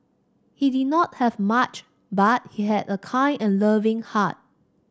he did not have much but he had a kind and loving heart